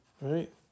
right